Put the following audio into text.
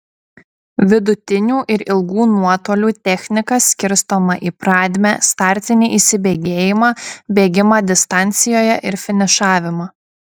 vidutinių ir ilgų nuotolių technika skirstoma į pradmę startinį įsibėgėjimą bėgimą distancijoje ir finišavimą